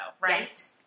right